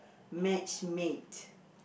matchmade